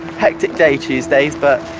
hectic day, tuesdays, but,